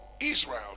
Israel